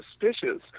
suspicious